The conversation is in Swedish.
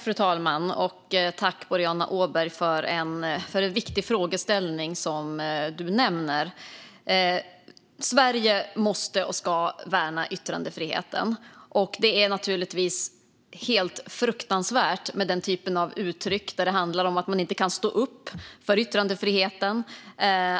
Fru talman! Tack, Boriana Åberg, för en viktig frågeställning som du tar upp! Sverige måste och ska värna yttrandefriheten. Det är naturligtvis helt fruktansvärt med den typen av uttryck där det handlar om att man inte kan stå upp för yttrandefriheten,